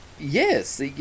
yes